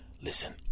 Listen